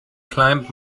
climb